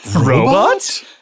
robot